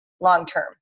long-term